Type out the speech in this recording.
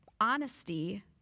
honesty